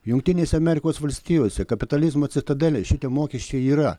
jungtinėse amerikos valstijose kapitalizmo citadelėje šitie mokesčiai yra